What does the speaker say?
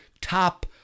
Top